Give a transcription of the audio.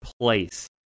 place